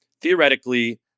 theoretically